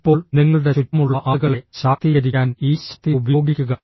ഇപ്പോൾ നിങ്ങളുടെ ചുറ്റുമുള്ള ആളുകളെ ശാക്തീകരിക്കാൻ ഈ ശക്തി ഉപയോഗിക്കുക